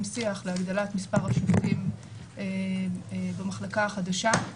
שיח להגדלת מספר השופטים במחלקה החדשה,